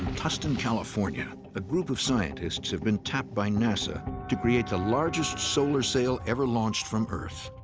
in tustin, california, a group of scientists have been tapped by nasa to create the largest solar sail ever launched from earth.